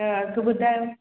त अघु ॿुधायो